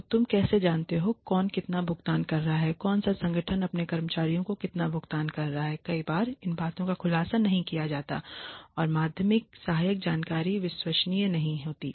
तो तुम कैसे जानते हो कौन कितना भुगतान कर रहा है कौन सा संगठन अपने कर्मचारियों को कितना भुगतान कर रहा है कई बार इन बातों का खुलासा नहीं किया जाता है और माध्यमिक सहायक जानकारी विश्वसनीय नहीं होती है